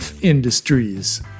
Industries